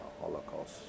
Holocaust